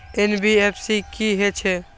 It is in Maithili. एन.बी.एफ.सी की हे छे?